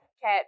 Cat